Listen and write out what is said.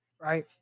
right